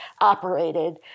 operated